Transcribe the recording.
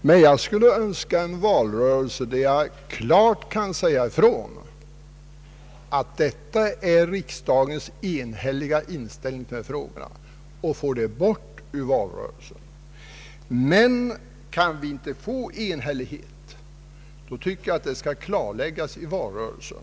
Men jag skulle önska en valrörelse där jag klart kunde säga ifrån att detta är riksdagens enhälliga inställning i frågan. Då kunde vi föra bort den ur valrörelsen. Men kan vi inte få enhällighet, då tycker jag den saken skall klarläggas i valrörelsen.